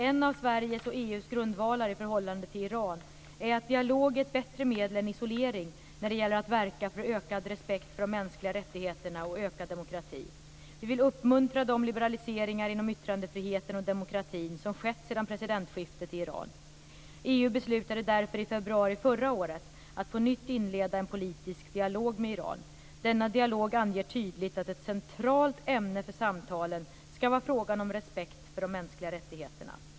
En av Sveriges - och EU:s - grundvalar i förhållande till Iran är att dialog är ett bättre medel än isolering när det gäller att verka för ökad respekt för de mänskliga rättigheterna och ökad demokrati. Vi vill uppmuntra de liberaliseringar inom yttrandefriheten och demokratin som skett sedan presidentskiftet i Iran. EU beslutade därför i februari förra året att på nytt inleda en politisk dialog med Iran. Denna dialog anger tydligt att ett centralt ämne för samtalen skall vara frågan om respekt för de mänskliga rättigheterna.